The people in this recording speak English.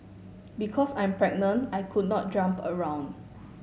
because I'm pregnant I could not jump around